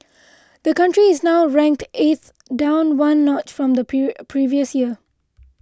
the country is now ranked eighth down one notch from the previous year